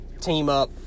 team-up